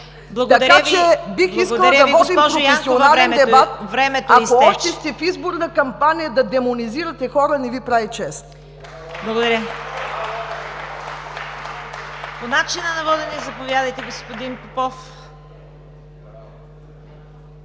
Благодаря, госпожо Янкова. Времето изтече!